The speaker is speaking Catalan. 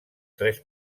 tres